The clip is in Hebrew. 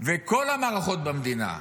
שכל המערכות במדינה,